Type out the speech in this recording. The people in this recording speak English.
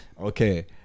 okay